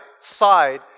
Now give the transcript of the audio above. side